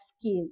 skill